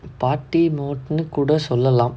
party mode கூட சொல்லலாம்:kooda sollalaam